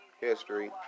history